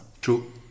True